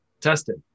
tested